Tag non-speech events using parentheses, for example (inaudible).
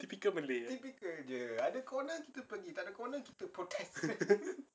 typical malay ah (laughs)